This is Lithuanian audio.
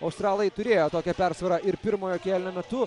australai turėjo tokią persvarą ir pirmojo kėlinio metu